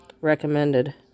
recommended